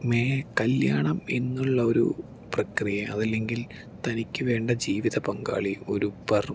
may കല്യാണം എന്നുള്ള ഒരു പ്രക്രിയ അതല്ലങ്കിൽ തനിക്ക് വേണ്ട ജീവിത പങ്കാളി ഒരു പർ